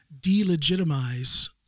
delegitimize